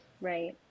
Right